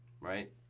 Right